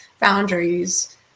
boundaries